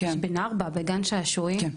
בן ארבע, בגן שעשועים,